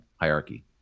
hierarchy